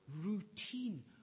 routine